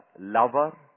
lover